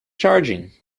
charging